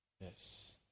Yes